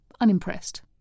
unimpressed